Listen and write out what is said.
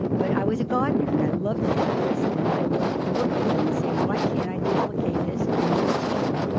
but i was a gardener, and i loved flowers, and i would look at them and say, why can't i duplicate this in sugar?